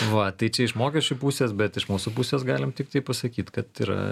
va tai čia iš mokesčių pusės bet iš mūsų pusės galim tiktai pasakyt kad yra